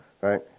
right